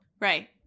Right